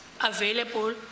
available